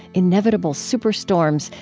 inevitable superstorms,